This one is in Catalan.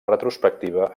retrospectiva